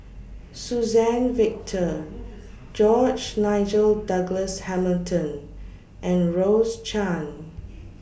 Suzann Victor George Nigel Douglas Hamilton and Rose Chan